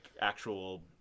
actual